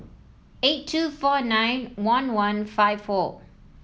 eight two four nine one one five four